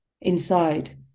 Inside